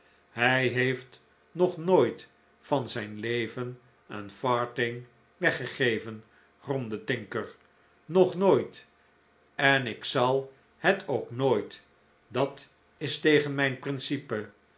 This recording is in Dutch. hij heeft nog nooit van zijn leven een farthing weggegeven gromde tinker nog nooit en ik zal het ook nooit dat is tegen mijn principe